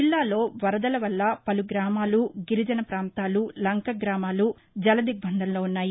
జిల్లాలో వరదలవల్ల పలు గ్రామాలు గిరిజన పాంతాలు లంకగ్రామాలు జలదిగ్బంధంలో ఉన్నాయి